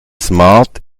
smart